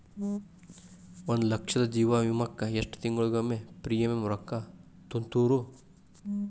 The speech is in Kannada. ಒಂದ್ ಲಕ್ಷದ ಜೇವನ ವಿಮಾಕ್ಕ ಎಷ್ಟ ತಿಂಗಳಿಗೊಮ್ಮೆ ಪ್ರೇಮಿಯಂ ರೊಕ್ಕಾ ತುಂತುರು?